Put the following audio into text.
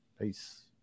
Peace